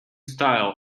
style